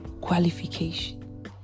qualification